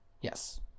Yes